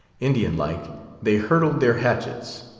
indian-like, they hurtled their hatchets.